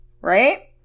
right